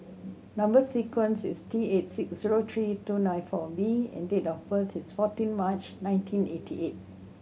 number sequence is T eight six zero three two nine four B and date of birth is fourteen March nineteen eighty eight